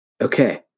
Okay